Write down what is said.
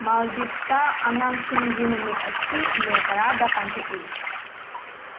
ꯃꯥꯜꯗꯤꯕꯁꯇ ꯑꯉꯥꯡꯁꯤꯡꯒꯤ ꯅꯨꯃꯤꯠ ꯑꯁꯤ ꯃꯦ ꯇꯔꯥꯗ ꯄꯥꯡꯊꯣꯛꯏ